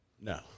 No